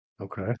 Okay